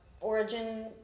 Origin